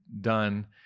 done